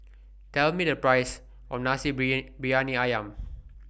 Tell Me The Price of Nasi Briyani Ayam